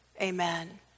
Amen